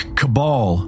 cabal